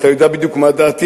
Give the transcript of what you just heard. אתה יודע בדיוק מה דעתי,